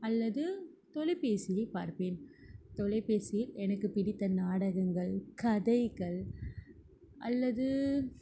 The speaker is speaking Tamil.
அல்லது தொலைப்பேசியை பார்ப்பேன் தொலைப்பேசியில் எனக்கு பிடித்த நாடகங்கள் கதைகள் அல்லது